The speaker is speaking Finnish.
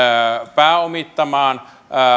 pääomittamaan